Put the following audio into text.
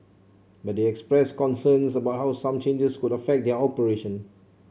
but they express concerns about how some changes could affect their operation